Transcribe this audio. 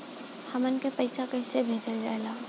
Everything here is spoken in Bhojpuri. हमन के पईसा कइसे भेजल जाला?